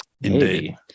indeed